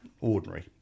ordinary